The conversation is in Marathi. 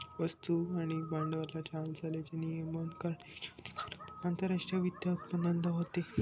वस्तू आणि भांडवलाच्या हालचालींचे नियमन करण्याच्या अधिकारातून आंतरराष्ट्रीय वित्त उत्पन्न होते